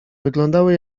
wyglądały